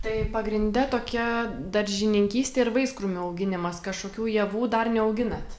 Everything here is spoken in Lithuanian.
tai pagrinde tokia daržininkystė ir vaiskrūmių auginimas kažkokių javų dar neauginat